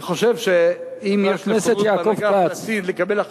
אני חושב שאם יש נכונות בהנהגה הפלסטינית לקבל החלטות,